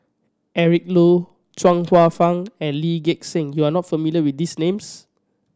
Eric Low Chuang Hsueh Fang and Lee Gek Seng you are not familiar with these names